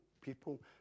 people